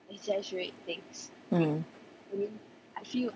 mm